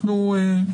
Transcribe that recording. אנו